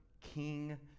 King